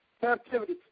Captivity